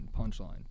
punchline